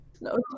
No